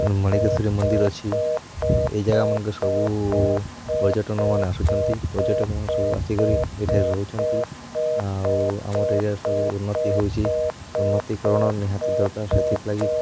ମାଣିକେଶ୍ଵରୀ ମନ୍ଦିର ଅଛି ଏହି ଜାଗା ମାନଙ୍କରେ ସବୁ ପର୍ଯ୍ୟଟନ ମାନେ ଆସୁଛନ୍ତି ପର୍ଯ୍ୟଟକ ମାନେ ସବୁ ଆସିକରି ଏଠାରେ ରହୁଛନ୍ତି ଆଉ ଆମର ତ ଏରିଆରେ ସବୁ ଉନ୍ନତି ହେଉଛି ଉନ୍ନତୀକରଣ ନିହାତି ଦରକାର ସେଥିଲାଗି